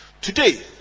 Today